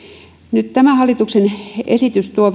nyt tämä hallituksen esitys tuo